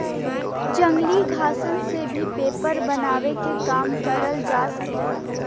जंगली घासन से भी पेपर बनावे के काम करल जा सकेला